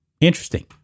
Interesting